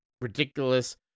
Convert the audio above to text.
ridiculous